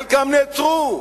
חלקם נעצרו.